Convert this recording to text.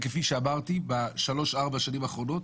בשנים האחרונות